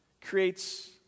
creates